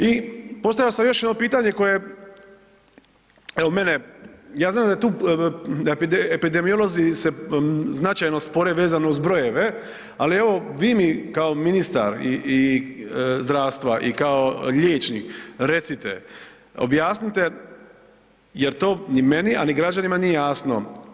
I postavio sam još jedno pitanje koje evo mene, ja znam da je tu epidemiolozi se značajno spore vezano uz brojeve, ali evo vi mi kao ministar zdravstva i kao liječnik recite, objasnite, jer to ni meni, a ni građanima nije jasno.